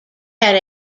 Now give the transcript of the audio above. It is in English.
had